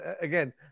again